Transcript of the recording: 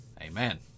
Amen